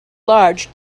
large